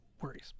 worries